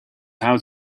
how